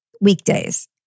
weekdays